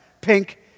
pink